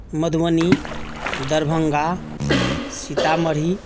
Madhubani Darbhanga Sitamarhi